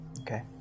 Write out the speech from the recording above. Okay